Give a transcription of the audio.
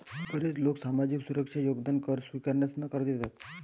बरेच लोक सामाजिक सुरक्षा योगदान कर स्वीकारण्यास नकार देतात